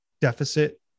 deficit